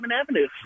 Avenue